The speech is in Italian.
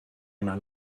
una